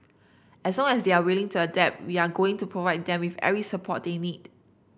as song as they are willing to adapt we are going to provide them with every support they need